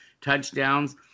touchdowns